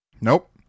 Nope